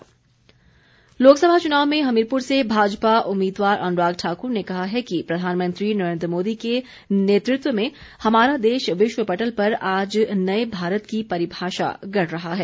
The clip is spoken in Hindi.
अनुराग ठाकुर लोकसभा चुनाव में हमीरपुर से भाजपा उम्मीदवार अनुराग ठाक्र ने कहा है कि प्रधानमंत्री नरेन्द्र मोदी के नेतृत्व में हमारा देश विश्व पटल पर आज एक नए भारत की परिभाषा गढ़ रहा है